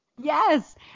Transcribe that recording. Yes